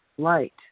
Light